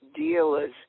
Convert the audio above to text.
dealers